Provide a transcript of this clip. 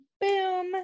boom